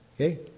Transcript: okay